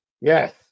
Yes